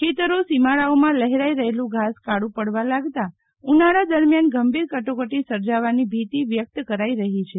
ખેતરો સીમાડાઓમાં લહેરાઈ રહેલું ધાસ કાળુ પડવા લાગતા ઉનાળા દરમ્યાન ગંભીર કટોકટી સર્જાવવાની ભીતિ વ્યક્ત કરાઈ રહી છે